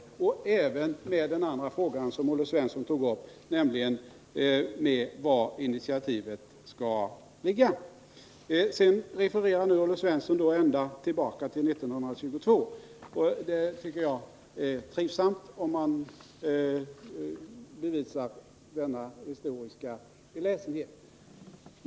Det finns ett samband även med den andra fråga som Olle Svensson tog upp, nämligen var initiativet skall ligga. Sedan refererar Olle Svensson ända tillbaka till 1922. Jag tycker det är trivsamt att han bevisar denna historiska beläsenhet.